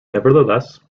nevertheless